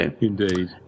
indeed